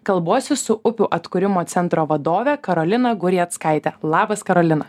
kalbuosi su upių atkūrimo centro vadove karolina gureckaite labas karolina